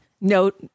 note